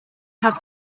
have